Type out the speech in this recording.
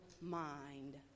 mind